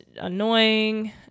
annoying